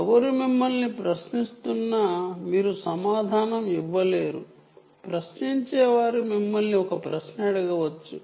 ఎవరు మిమల్ని ప్రశ్న అడగవచ్చు ఇంట్రాగేటర్ మిమ్మల్ని ఒక ప్రశ్న అడగవచ్చు